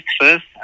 first